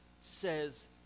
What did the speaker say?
says